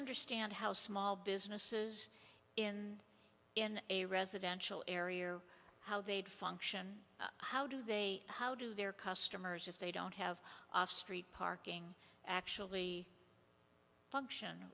understand how small businesses in in a residential area or how they'd function how do they how do their customers if they don't have off street parking actually function